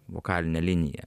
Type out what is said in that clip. vokalinę liniją